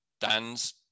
Dan's